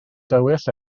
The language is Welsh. dywyll